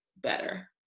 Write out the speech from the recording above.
better